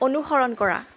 অনুসৰণ কৰা